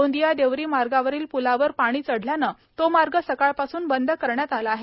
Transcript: गोंदिया देवरी मार्गावरील प्लावर पाणी चढल्यानं तो मार्ग सकाळपासून बंद करण्यात आला आहे